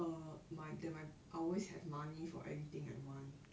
err my that my I'll always have money for everything I want